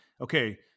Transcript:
okay